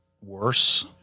worse